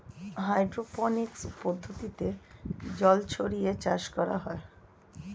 hydroponics পদ্ধতিতে জল ছড়িয়ে চাষ করা হয়